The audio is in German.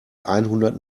einhundert